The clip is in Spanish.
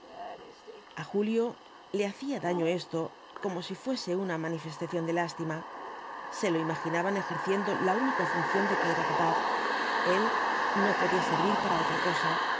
a julio le hacía daño esto como si fuese una manifestación de lástima se lo imaginaban ejerciendo la única función de que era capaz él no podía servir para otra cosa